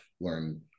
learn